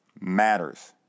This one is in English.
matters